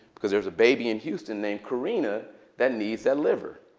because there's a baby in houston named kareena that needs that liver.